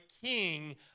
king